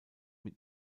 mit